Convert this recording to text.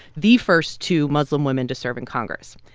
the first two muslim women to serve in congress.